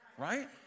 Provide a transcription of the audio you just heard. right